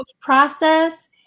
process